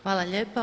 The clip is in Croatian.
Hvala lijepa.